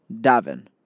Davin